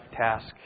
task